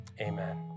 amen